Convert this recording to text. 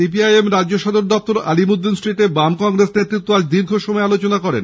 C P I M রাজ্য সদর দফতর আলিমুদ্দিন স্ট্রীটে বাম কংগ্রেস নেতৃত্ব আজ দীর্ঘ সময় আলোচনা করেন